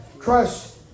trust